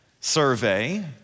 survey